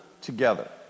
together